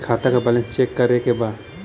खाता का balance check करे के बा?